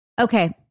Okay